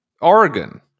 Oregon